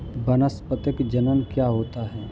वानस्पतिक जनन क्या होता है?